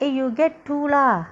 eh you get two lah